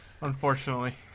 Unfortunately